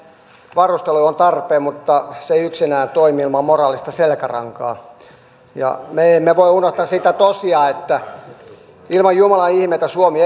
varustelu on tarpeen mutta se ei yksinään toimi ilman moraalista selkärankaa me emme voi unohtaa sitä tosiasiaa että ilman jumalan ihmeitä suomi